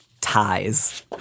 ties